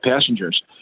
passengers